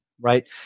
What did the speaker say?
right